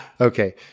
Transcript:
Okay